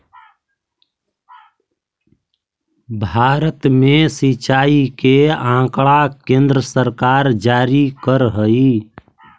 भारत में सिंचाई के आँकड़ा केन्द्र सरकार जारी करऽ हइ